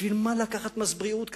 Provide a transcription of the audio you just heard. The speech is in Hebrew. בשביל מה לקחת מס בריאות כזה?